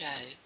show